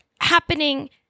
happening